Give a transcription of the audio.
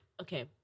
okay